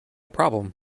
problem